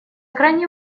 крайне